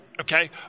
okay